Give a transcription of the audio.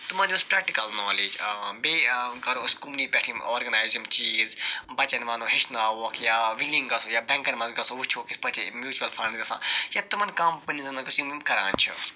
تِمن یُس practical knowledge بیٚیہِ کرو أسۍ کُمنٕے پٮ۪ٹھ یِم آرگنیز یِم چیٖز بچن وَنو ہیٚچھناووکھ یا وِلِنٛگ آسو یا بٮ۪نٛکن منٛز گَژھو یا وٕچھو کِتھ پٲٹھۍ یِم میوٗچول فنٛڈ گَژھان یا تِمن کمپٔنیٖزن منٛز گَژھو یِم یِم کَران چھِ